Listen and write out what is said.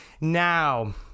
Now